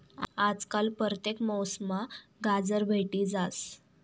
आजकाल परतेक मौसममा गाजर भेटी जास